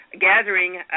gathering